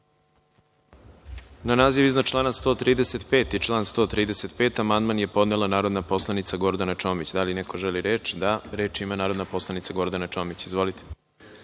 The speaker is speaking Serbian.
naziv iznad člana 142. i član 142. amandman je podnela narodna poslanica Gordana Čomić. Da li neko želi reč? (Da.)Reč ima narodna poslanica Gordana Čomić. Izvolite.